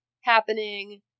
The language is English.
happening